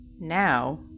Now